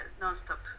non-stop